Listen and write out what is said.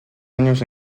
años